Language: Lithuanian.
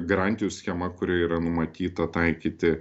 garantijų schema kurioj yra numatyta taikyti